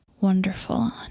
wonderful